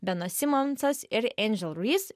benas simonsas ir angel reese